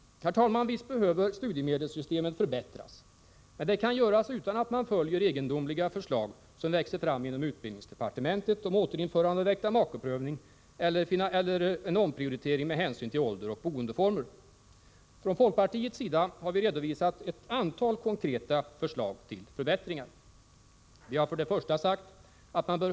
Herr talman! Visst behöver studiemedelssystemet förbättras, men det kan göras utan att man följer egendomliga förslag som växer fram inom utbildningsdepartementet om återinförande av äktamakeprövning eller en omprioritering med hänsyn till ålder och boendeformer. Från folkpartiets sida har vi redovisat ett antal konkreta förslag till förbättringar: 1.